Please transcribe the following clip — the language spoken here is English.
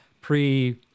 pre